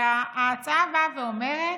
ההצעה באה ואומרת: